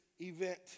event